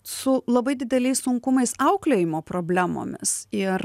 su labai dideliais sunkumais auklėjimo problemomis ir